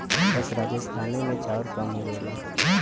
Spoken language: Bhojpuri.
बस राजस्थाने मे चाउर कम उगेला